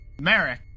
Merrick